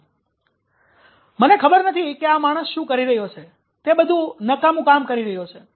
" મને ખબર નથી કે આ માણસ શું કરી રહ્યો છે તે બધુ નકામું કામ કરી રહ્યો છે